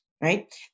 Right